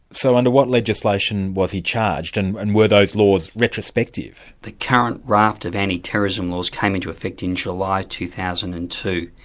so under what legislation was he charged, and and were those laws retrospective? the current raft of anti-terrorism laws came into effect in july, two thousand and